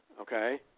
okay